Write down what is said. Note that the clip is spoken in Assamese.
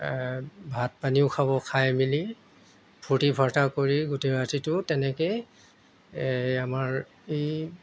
ভাত পানীও খাব খাই মেলি ফূৰ্তি ফৰ্তা কৰি গোটেই ৰাতিটো তেনেকেই আমাৰ এই